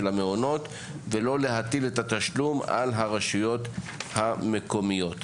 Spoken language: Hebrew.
המעונות ולא להטיל את התשלום על הרשויות המקומיות.